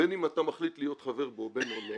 בין אם אתה מחליט להיות חבר בו ובין אם לא,